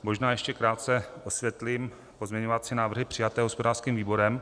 Možná ještě krátce osvětlím pozměňovací návrhy přijaté hospodářským výborem.